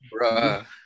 Bruh